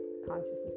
consciousness